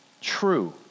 true